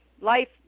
life